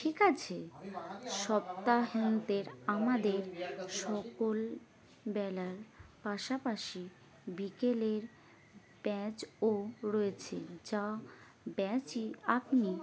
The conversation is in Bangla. ঠিক আছে সপ্তাহদের আমাদের সকলবেলার পাশাপাশি বিকেলের ব্যাচও রয়েছে যা ব্যাচই আপনি